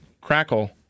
Crackle